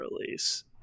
release